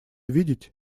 видеть